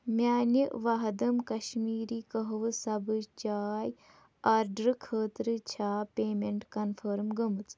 میٛانہِ وَہدم کشمیٖری کہوٕ سبٕز چاے آڈرٕ خٲطرٕ چھا پیمٮ۪نٛٹ کنفٔرٕم گٔمٕژ